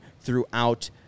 throughout